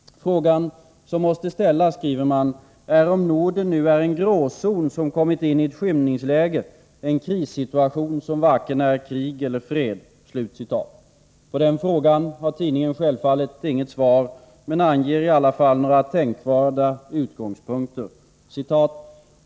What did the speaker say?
Frågan som måste ställas, skriver man, är ”om Norden nu är en ”gråzon” som kommit in i ett 'skymningsläge”, en krissituation som varken är krig eller fred”. På den frågan har tidningen självfallet inget svar, men man anger i alla fall några tänkbara utgångspunkter.